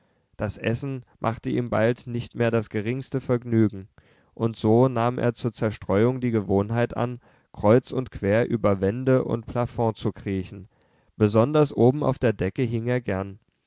das essen machte ihm bald nicht mehr das geringste vergnügen und so nahm er zur zerstreuung die gewohnheit an kreuz und quer über wände und plafond zu kriechen besonders oben auf der decke hing er gern